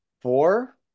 Four